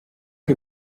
che